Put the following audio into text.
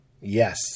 yes